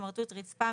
סמרטוט ריצפה,